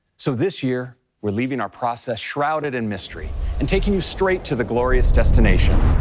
so this year, we're leaving our process shrouded in mystery and taking you straight to the glorious destination.